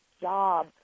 job